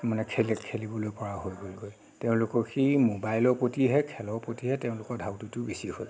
মানে খেল খেলিবলৈ পৰা হৈ গ'লগৈ তেওঁলোকৰ সেই ম'বাইলৰ প্ৰতিহে খেলৰ প্ৰতিহে তেওঁলোকৰ ধাউতিটো বেছি হ'ল